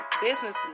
businesses